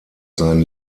sein